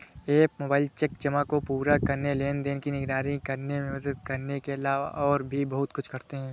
app mobile check जमा को पूरा करने, लेनदेन की निगरानी करने में मदद करने के अलावा और भी बहुत कुछ करते हैं